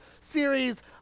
series